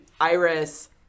Iris